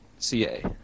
CA